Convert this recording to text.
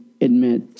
admit